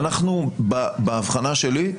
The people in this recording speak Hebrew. ואנחנו, באבחנה שלי,